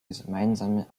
gemeinsame